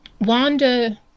Wanda